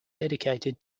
dedicated